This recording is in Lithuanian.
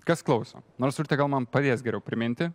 kas klauso nors urtė gal man padės geriau priminti